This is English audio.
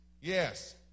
Yes